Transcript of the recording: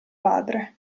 padre